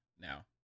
now